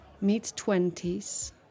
mid-twenties